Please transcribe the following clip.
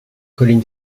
colin